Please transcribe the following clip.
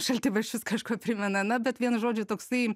šaltibarščius kažkuo primena na bet vienu žodžiu toksai